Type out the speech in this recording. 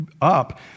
up